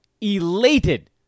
elated